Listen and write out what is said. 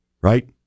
right